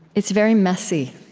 it's very messy.